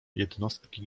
jednostki